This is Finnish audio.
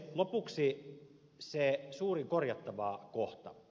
lopuksi se suurin korjattava kohta